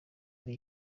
ari